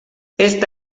este